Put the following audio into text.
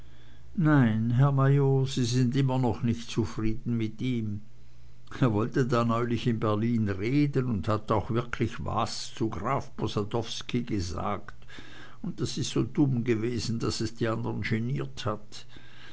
nein herr major sie sind immer noch nicht zufrieden mit ihm er wollte da neulich in berlin reden und hat auch wirklich was zu graf posadowsky gesagt und das is so dumm gewesen daß es die andern geniert hat